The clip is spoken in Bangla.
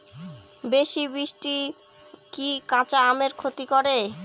বেশি বৃষ্টি কি কাঁচা আমের ক্ষতি করে?